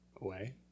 away